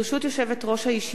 הנני מתכבדת להודיעכם,